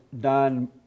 done